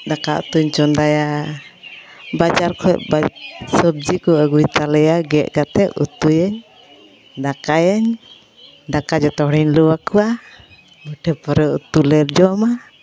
ᱫᱟᱠᱟᱼᱩᱛᱩᱧ ᱪᱚᱸᱫᱟᱭᱟ ᱵᱟᱡᱟᱨ ᱠᱷᱚᱱ ᱥᱚᱵᱽᱡᱤ ᱠᱚᱭ ᱟᱹᱜᱩᱭᱛᱟᱞᱮᱭᱟ ᱜᱮᱫ ᱠᱟᱛᱮᱫ ᱩᱛᱩᱭᱟᱹᱧ ᱫᱟᱠᱟᱭᱟᱹᱧ ᱫᱟᱠᱟ ᱡᱚᱛᱚᱦᱚᱲᱤᱧ ᱞᱩᱣᱟᱠᱚᱣᱟ ᱵᱟᱹᱴᱤᱦᱚᱯᱚᱱᱨᱮ ᱩᱛᱩᱞᱮ ᱡᱚᱢᱟ